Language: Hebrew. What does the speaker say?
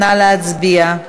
נא להצביע.